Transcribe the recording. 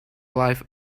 life